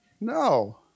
No